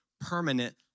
permanent